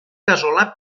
casolà